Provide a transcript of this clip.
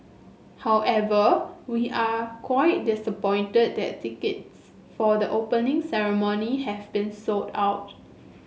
however we are quite disappointed that tickets for the Opening Ceremony have been sold out